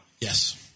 Yes